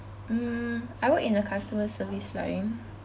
mm I work in the customer service line